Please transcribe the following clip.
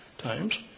times